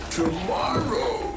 tomorrow